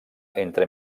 entre